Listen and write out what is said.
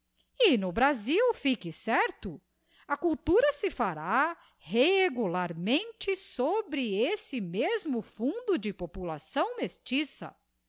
e no brasil fique certo a cultura se fará regularmente sobre esse mesmo fundo de população mestiça